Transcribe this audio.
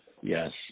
Yes